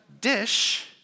dish